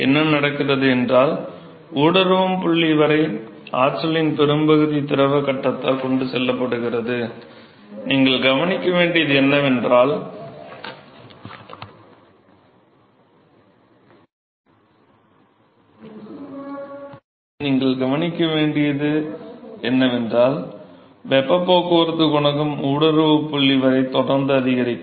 என்ன நடக்கிறது என்றால் ஊடுருவும் புள்ளி வரை ஆற்றலின் பெரும்பகுதி திரவ கட்டத்தால் கொண்டு செல்லப்படுகிறது எனவே நீங்கள் கவனிக்க வேண்டியது என்னவென்றால் வெப்பப் போக்குவரத்து குணகம் ஊடுருவல் புள்ளி வரை தொடர்ந்து அதிகரிக்கும்